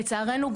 לצערנו,